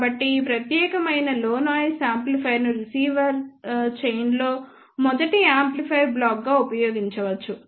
కాబట్టి ఈ ప్రత్యేకమైన లో నాయిస్ యాంప్లిఫైయర్ను రిసీవర్ చైన్లో మొదటి యాంప్లిఫైయర్ బ్లాక్గా ఉపయోగించవచ్చు